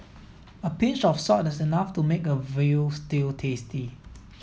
a pinch of salt is enough to make a veal stew tasty